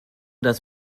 das